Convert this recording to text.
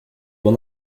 will